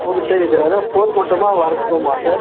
உங்கள் அதுதான் போக மட்டுமா வரத்துக்குமா சார்